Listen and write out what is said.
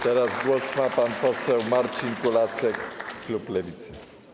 Teraz głos ma pan poseł Marcin Kulasek, klub Lewicy.